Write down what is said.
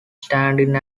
standing